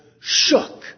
shook